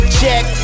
check